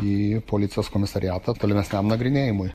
į policijos komisariatą tolimesniam nagrinėjimui